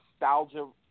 nostalgia